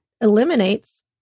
eliminates